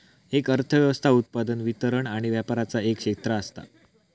एक अर्थ व्यवस्था उत्पादन, वितरण आणि व्यापराचा एक क्षेत्र असता